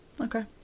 Okay